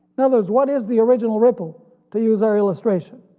in others what is the original ripple to use our illustration.